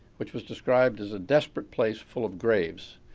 which was described as a desperate place full of graves,